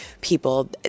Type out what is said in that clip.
people